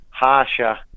harsher